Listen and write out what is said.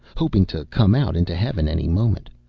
hoping to come out into heaven any moment,